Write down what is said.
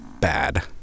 bad